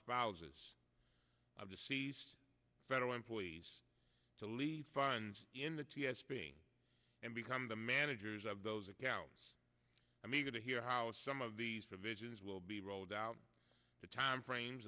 spouses of deceased federal employees to leave funds in the t s p and become the managers of those accounts i'm eager to hear how some of these provisions will be rolled out the time frames